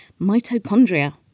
mitochondria